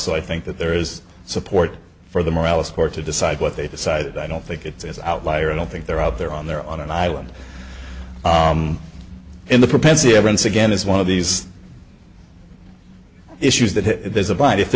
so i think that there is support for the morality court to decide what they decide i don't think it's as outlier i don't think they're out there on their on an island in the propensity evidence again is one of these issues that there's a bind if the